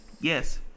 Yes